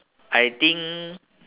I think